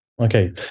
Okay